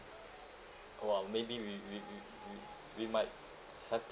!wah! maybe we we we we we might have that